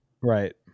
Right